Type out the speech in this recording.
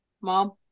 Mom